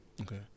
okay